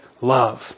love